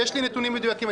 יש לי נתונים מדויקים,